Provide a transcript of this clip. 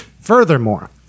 Furthermore